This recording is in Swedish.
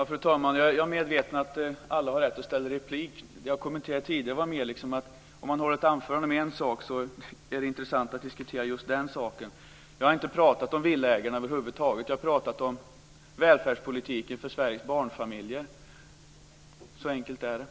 Fru talman! Jag är medveten om att alla har rätt att begära replik. Min kommentar tidigare gällde mer att om man har ett anförande om en sak är det intressant att diskutera just den saken. Jag har över huvud taget inte pratat om villaägarna. Jag har pratat om välfärdspolitiken för Sveriges barnfamiljer. Så enkelt är det.